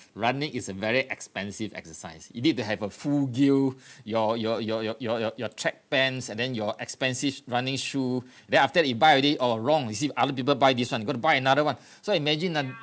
running is a very expensive exercise you need to have a full gear your your your your your your your track pants and then your expensive running shoe then after you buy already oh wrong you see other people buy this one you got to buy another one so imagine ah